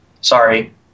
Sorry